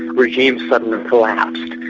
regimes suddenly collapsed.